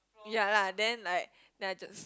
yea lah then like then I just